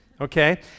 Okay